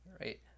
Right